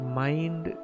mind